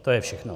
To je všechno.